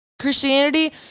Christianity